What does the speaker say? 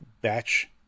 batch